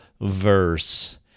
verse